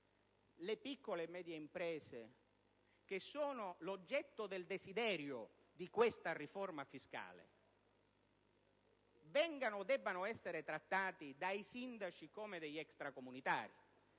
le piccole e medie imprese, che sono l'oggetto del desiderio di questa riforma fiscale, vengano o debbano essere trattati dai sindaci come degli extracomunitari.